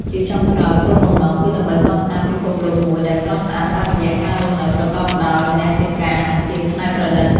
ជាចុងក្រោយ គោលបំណងគឺដើម្បីកសាងពិភពលោកមួយដែលស្រស់ស្អាតតាមរយៈការរស់នៅប្រកបដោយមនសិការ និងភាពច្នៃប្រឌិត។